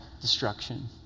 destruction